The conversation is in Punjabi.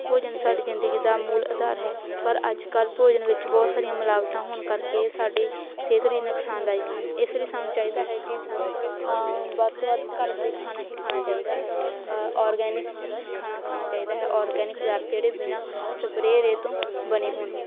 ਭੋਜਨ ਸਾਡੀ ਜ਼ਿੰਦਗੀ ਦਾ ਮੂਲ ਆਧਾਰ ਹੈ ਪਰ ਅੱਜ ਕੱਲ੍ਹ ਭੋਜਨ ਵਿੱਚ ਬਹੁਤ ਸਾਰੀਆਂ ਮਿਲਾਵਟਾਂ ਹੋਣ ਕਰਕੇ ਸਾਡੇ ਸਿਹਤ ਲਈ ਨੁਕਸਾਨਦਾਇਕ ਹਨ ਇਸ ਲਈ ਸਾਨੂੰ ਚਾਹੀਦਾ ਹੈ ਕਿ ਸਾਨੂੰ ਵੱਧ ਤੋਂ ਵੱਧ ਘਰ ਦੇ ਖਾਣਾ ਹੀ ਖਾਣਾ ਚਾਹੀਦਾ ਹੈ ਔਰਗੈਨਿਕ ਖਾਣਾ ਖਾਣਾ ਚਾਹੀਦਾ ਹੈ ਔਰਗੈਨਿਕ ਪਦਾਰਥ ਜਿਹੜੇ ਬਿਨਾਂ ਸਪਰੇਅ ਰੇਹ ਤੋਂ ਬਣੇ ਹੋਣ